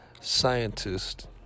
scientist